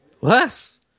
less